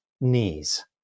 knees